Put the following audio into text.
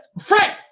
Frank